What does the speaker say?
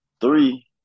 Three